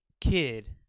kid